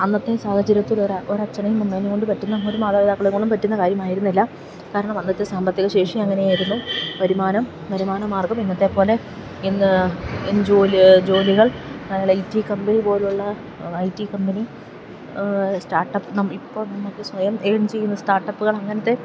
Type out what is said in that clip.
അന്നത്തെ സാഹചര്യത്തിലൊരച്ഛനെയും അമ്മേനെയുംകൊണ്ടു പറ്റുന്ന ഒരു മാതാപിതാക്കളെയുംകൊണ്ടു പറ്റുന്ന കാര്യമായിരുന്നില്ല കാരണം അന്നത്തെ സാമ്പത്തിക ശേഷി അങ്ങനെയായിരുന്നു വരുമാനം വരുമാന മാർഗ്ഗം ഇന്നത്തെ പോലെ ജോലികൾ ഐ ടി കമ്പനി സ്റ്റാർട്ടപ്പ് ഇപ്പോള് നമുക്കു സ്വയം ഏണ് ചെയ്യുന്ന സ്റ്റാർട്ടപ്പുകൾ അങ്ങനെത്തെ